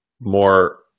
more